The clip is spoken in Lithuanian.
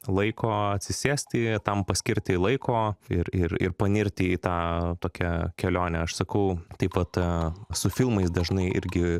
laiko atsisėsti tam paskirti laiko ir ir ir panirti į tą tokią kelionę aš sakau taip pat su filmais dažnai irgi